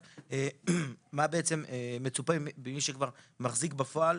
מה בעצם מצופה ממי שכבר מחזיק בפועל